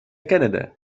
كندا